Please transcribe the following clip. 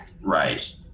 Right